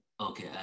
Okay